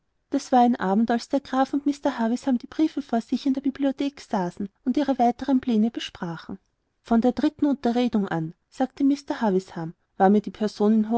das war ein abend als der graf und mr havisham die briefe vor sich in der bibliothek saßen und ihre weiteren plane besprachen von der dritten unterredung an sagte mr havisham war mir die person